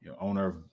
owner